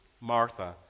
Martha